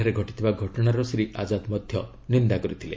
ଠାରେ ଘଟିଥିବା ଘଟଣାର ଶ୍ରୀ ଆକ୍ଜାଦ ମଧ୍ୟ ନିନ୍ଦା କରିଥିଲେ